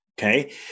Okay